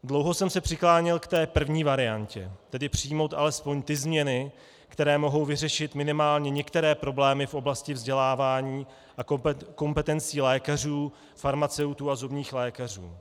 Dlouho jsem se přikláněl k první variantě, tedy přijmout alespoň změny, které mohou vyřešit minimálně některé problémy v oblasti vzdělávání a kompetencí lékařů, farmaceutů a zubních lékařů.